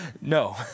No